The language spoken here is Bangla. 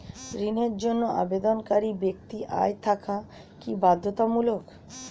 ঋণের জন্য আবেদনকারী ব্যক্তি আয় থাকা কি বাধ্যতামূলক?